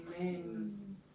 Amen